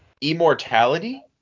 Immortality